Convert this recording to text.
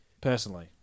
Personally